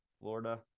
Florida